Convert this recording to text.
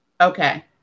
Okay